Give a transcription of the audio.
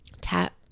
tap